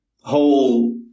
whole